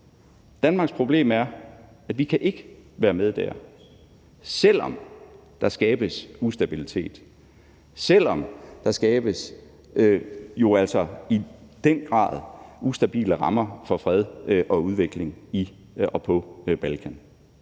Danmarks problem er, at vi ikke kan være med dér, selv om der skabes ustabilitet, selv om der jo altså i den grad skabes ustabile rammer for fred og udvikling på Balkan.